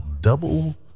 double